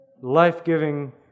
life-giving